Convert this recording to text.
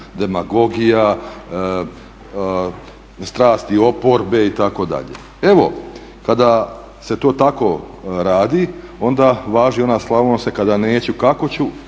demagogija, strasti oporbe itd.. Evo, kada se to tako radi onda važi ona slavonska "kada neću kako ću